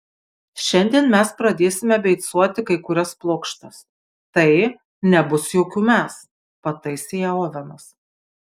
šiandien mes pradėsime beicuoti kai kurias plokštes tai nebus jokių mes pataisė ją ovenas